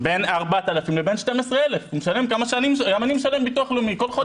בין 4,000 לבין 12,000. גם אני משלם ביטוח לאומי כל חודש.